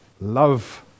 love